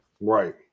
Right